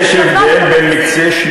לקואליציה,